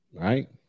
Right